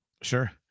Sure